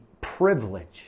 privilege